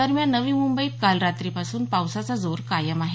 दरम्यान नवी मुंबईत काल रात्रीपासून पावसाचा जोर कायम आहे